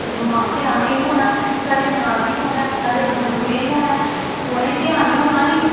ते बमार ते असें गै होना साढ़े ञ्यानें गै होना साढ़े बजुर्गें गै होना उ'नेंगी ते आनियै होना निं